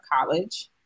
college